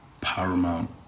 Paramount